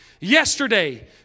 Yesterday